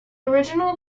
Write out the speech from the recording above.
original